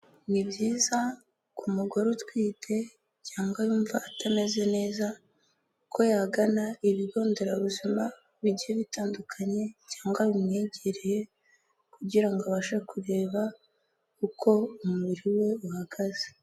Ni byiza ku mugore utwite cyangwa yumva atameze neza, ko yagana ibigo nderabuzima bigiye bitandukanye cyangwa bimwegereye, kugira ngo abashe kureba uko umubiri we uhagaze.